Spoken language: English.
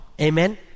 Amen